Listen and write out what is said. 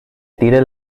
tire